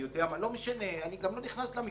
אני יודע מה, לא משנה, אני גם לא נכנס למקרים.